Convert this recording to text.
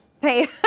Hey